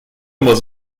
muss